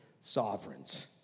sovereigns